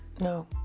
No